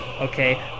Okay